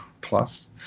Plus